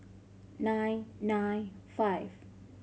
nine nine five